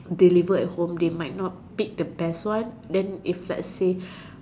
deliver at home they might not pick the best one then if let's say